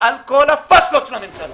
על כל הפשלות של הממשלה.